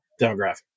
demographic